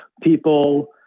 people